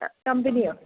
ആ കമ്പിനിയോ